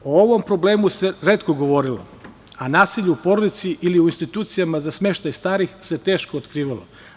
O ovom problemu se retko govorilo, a nasilje u porodici ili u institucijama za smeštaj starih se teško otkrivalo.